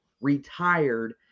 retired